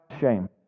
shame